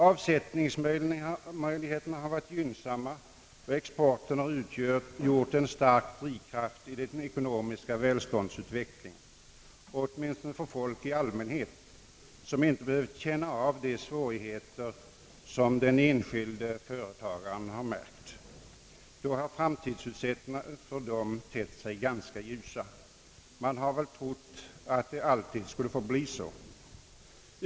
Avsättningsmöjligheterna har varit gynnsamma, och exporten har utgjort en stark drivkraft i den ekonomiska välståndsutvecklingen, åtminstone för folk i allmänhet som inte har behövt känna av de svårigheter som den enskilde företagaren har mött. Då har framtidsutsikterna för dem tett sig ganska ljusa. Man har väl trott att det alltid skulle förbli så.